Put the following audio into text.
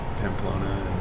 Pamplona